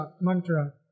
mantra